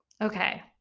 Okay